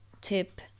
tip